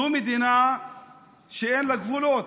זו מדינה שאין לה גבולות,